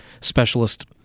Specialist